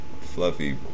fluffy